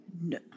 No